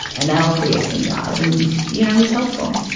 and that'll create some jobs. and, you know, he's hopeful.